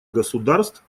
государств